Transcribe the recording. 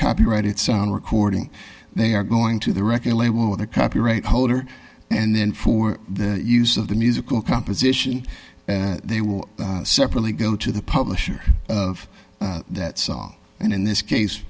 copyrighted sound recording they are going to the record label the copyright holder and then for the use of the musical composition they will separately go to the publisher of that song and in this case